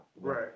Right